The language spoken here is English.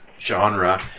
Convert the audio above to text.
genre